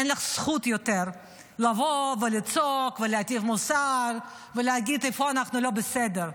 אין לך זכות יותר לבוא ולצעוק ולהטיף מוסר ולהגיד איפה אנחנו לא בסדר,